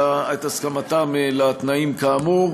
את הסכמתם לתנאים כאמור.